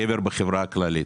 הגבר בחברה הכללית.